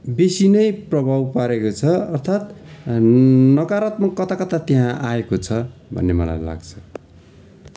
बेसी नै प्रभाव पारेको छ अर्थात नकारात्मक कता कता त्यहाँ आएको छ भन्ने मलाई लाग्छ